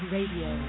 Radio